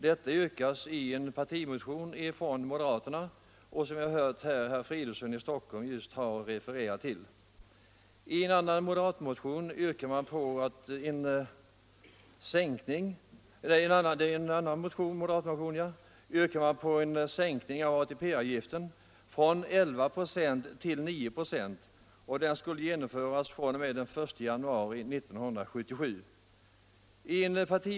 Det sistnämnda yrkandet finns i en moderat partimotion, som herr Fridolfsson nyss har refererat.